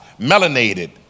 melanated